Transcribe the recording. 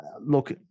Look